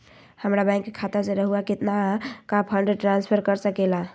हमरा बैंक खाता से रहुआ कितना का फंड ट्रांसफर कर सके ला?